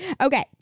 Okay